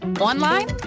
Online